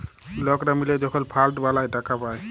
লকরা মিলে যখল ফাল্ড বালাঁয় টাকা পায়